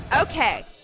Okay